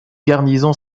garnison